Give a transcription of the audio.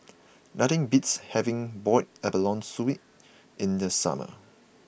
nothing beats having Boiled Abalone Soup in the summer